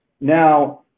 Now